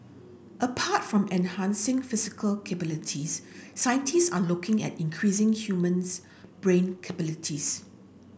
apart from enhancing physical capabilities scientist are looking at increasing human's brain capabilities